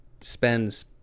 spends